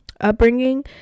upbringing